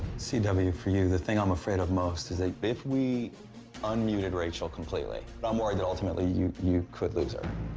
c w, for you, the thing i'm afraid of most is that if we unmuted rachel completely, i'm worried that ultimately you you could lose her.